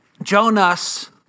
Jonas